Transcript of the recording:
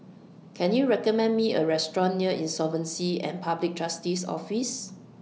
Can YOU recommend Me A Restaurant near Insolvency and Public Trustee's Office